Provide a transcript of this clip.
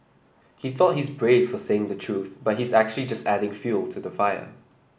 he thought he's brave for saying the truth but he's actually just adding fuel to the fire